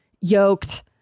yoked